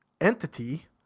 entity